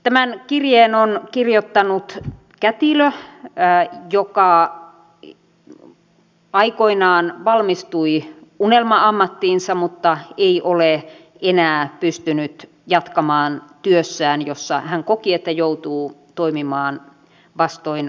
tämän kirjeen on kirjoittanut kätilö joka aikoinaan valmistui unelma ammattiinsa mutta ei ole enää pystynyt jatkamaan työssään jossa hän koki että joutuu toimimaan vastoin vakaumustaan